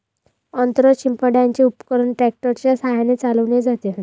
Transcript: अन्न शिंपडण्याचे उपकरण ट्रॅक्टर च्या साहाय्याने चालवले जाते